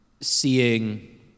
seeing